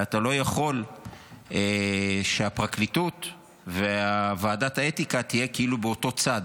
ואתה לא יכול שהפרקליטות וועדת האתיקה יהיו כאילו באותו צד.